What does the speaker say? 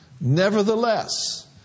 Nevertheless